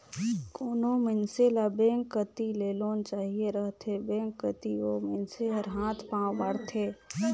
कोनो मइनसे ल बेंक कती ले लोन चाहिए रहथे बेंक कती ओ मइनसे हर हाथ पांव मारथे